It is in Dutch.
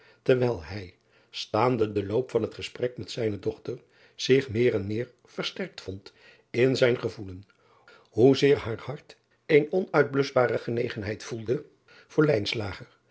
terwijl hij staande den loop van het gesprek met zijne dochter zich meer en meer versterkt vond in zijn gevoelen hoe zeer haar hart eene onuitbluschbare genegenheid voedde voor